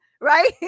Right